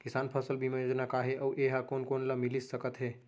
किसान फसल बीमा योजना का हे अऊ ए हा कोन कोन ला मिलिस सकत हे?